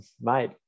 mate